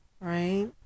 Right